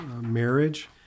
marriage